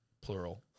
plural